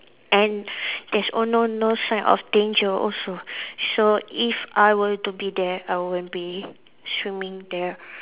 and there's all no no sign of danger also so if I were to be there I won't be swimming there